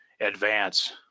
advance